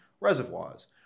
reservoirs